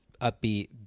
upbeat